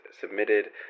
submitted